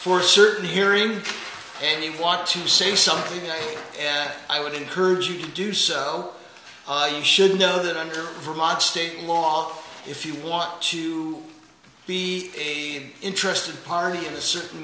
for certain hearing any want to say something i would encourage you to do so you should know that under vermont state law if you want to be a interested party in a certain